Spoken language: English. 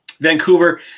Vancouver